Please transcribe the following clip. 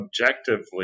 objectively